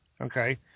Okay